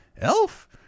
elf